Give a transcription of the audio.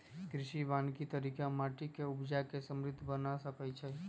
कृषि वानिकी तरिका माटि के उपजा के समृद्ध बना सकइछइ